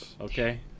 okay